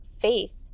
faith